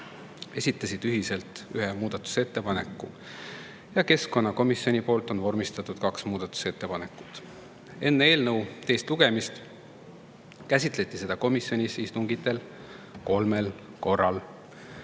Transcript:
esitasid ühiselt ühe muudatusettepaneku ja keskkonnakomisjon vormistas kaks muudatusettepanekut. Enne eelnõu teist lugemist käsitleti seda komisjoni istungitel kolmel korral: